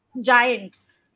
giants